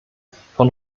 von